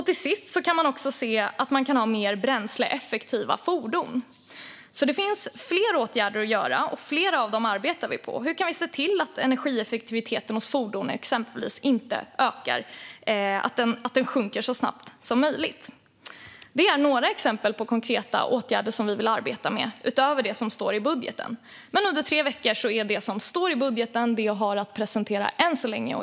Till sist kan man också se att man kan ha mer bränsleeffektiva fordon. Det finns flera åtgärder att göra. Flera av dem arbetar vi på. Hur kan vi se till att energieffektiviteten hos fordon exempelvis ökar och att förbrukningen sjunker så snabbt som möjligt? Det är några exempel på konkreta åtgärder som vi vill arbeta med utöver det som står i budgeten. Men efter tre veckor är det som står i budgeten det som vi har att presentera än så länge.